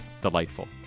delightful